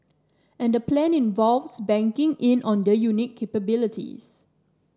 and the plan involves banking in on their unique capabilities